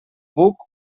buc